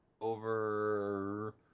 over